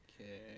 Okay